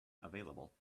available